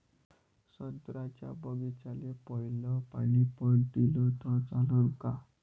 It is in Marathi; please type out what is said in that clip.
संत्र्याच्या बागीचाले पयलं पानी पट दिलं त चालन का?